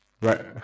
Right